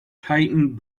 tightened